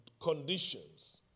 conditions